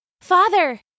Father